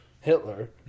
Hitler